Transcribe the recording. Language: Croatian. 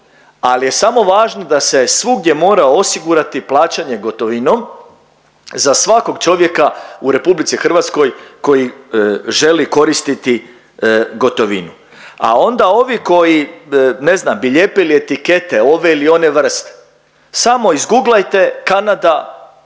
ali je samo važno da se svugdje mora osigurati plaćanje gotovinom za svakog čovjeka u RH koji želi koristiti gotovinu. A onda ovi koji ne znam bi lijepili etikete ove ili one vrste, samo izguglajte Kanda tijekom